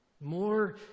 More